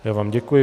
Já vám děkuji.